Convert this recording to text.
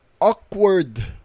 awkward